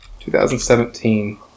2017